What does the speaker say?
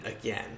again